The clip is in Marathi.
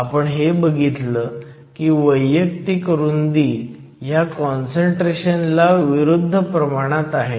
आपण हे बघितलं की वैयक्तिक रुंदी ह्या काँसंट्रेशन ला विरुद्ध प्रमाणात आहेत